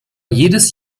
jedes